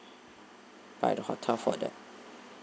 by the hotel for that